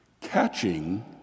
Catching